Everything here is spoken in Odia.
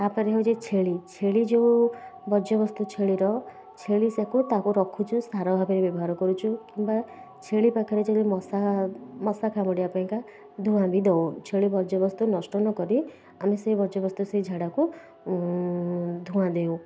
ତା'ପରେ ହେଉଛି ଛେଳି ଛେଳି ଯେଉଁ ବର୍ଜ୍ୟବସ୍ତୁ ଛେଳିର ଛେଳି ସାକୁ ତାକୁ ରଖୁଛୁ ସାର ଭାବରେ ବ୍ୟବହାର କରୁଛୁ କିମ୍ବା ଛେଳି ପାଖରେ ଯଦି ମଶା ମଶା କାମୁଡ଼ିବା ପାଇଁକା ଧୂଆଁ ବି ଦେଉ ଛେଳି ବର୍ଜ୍ୟବସ୍ତୁ ନଷ୍ଟ ନକରି ଆମେ ସେଇ ବର୍ଜ୍ୟବସ୍ତୁ ସେଇ ଝାଡ଼ାକୁ ଆମେ ଧୂଆଁ ଦେଉ